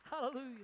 Hallelujah